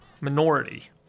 minority